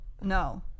No